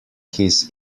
his